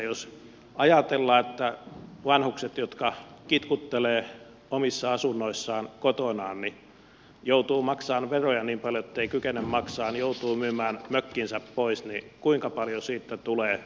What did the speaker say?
jos ajatellaan että vanhukset jotka kitkuttelevat omissa asunnoissaan kotonaan joutuvat maksamaan veroja niin paljon etteivät kykene maksamaan joutuvat myymään mökkinsä pois niin kuinka paljon siitä tulee talouskuluja